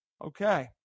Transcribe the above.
Okay